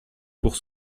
pour